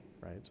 right